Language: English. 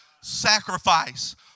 sacrifice